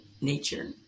nature